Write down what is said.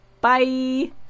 bye